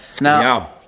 now